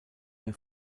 mehr